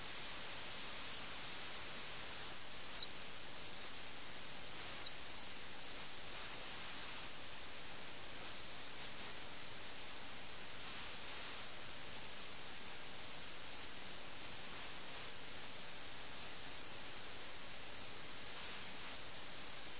അതിനാൽ ഈ നിർദ്ദിഷ്ട ഉദ്ധരണിയിലെ വൈകാരികഭാവം ഒരർത്ഥത്തിൽ ഇന്ദ്രിയതയും മയക്കവും നിഷ്ക്രിയത്വവുമാണ്